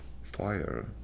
fire